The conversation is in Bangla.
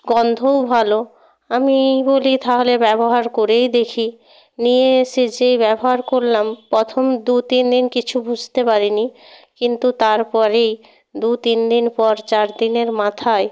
গন্ধও ভালো আমি বলি তাহলে ব্যবহার করেই দেখি নিয়ে এসে যেই ব্যবহার করলাম প্রথম দু তিন দিন কিছু বুঝতে পারিনি কিন্তু তারপরেই দু তিন দিন পর চার দিনের মাথায়